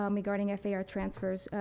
um regard, and far transfers,